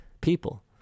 People